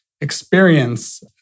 experience